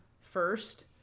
first